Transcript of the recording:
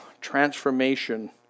transformation